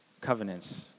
covenants